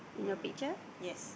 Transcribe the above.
um yes